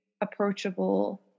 approachable